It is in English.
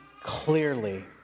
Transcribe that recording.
clearly